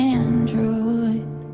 android